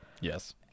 Yes